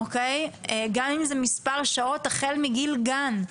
גם אם זה מספר שעות החל מגיל גן.